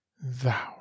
Thou